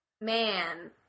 man